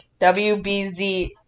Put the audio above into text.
WBZ